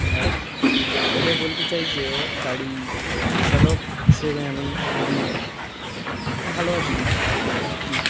আর এটাই বলতে চাই যে গাড়ি চালক সেবায় আমি খুবই ভালো আছি আর কি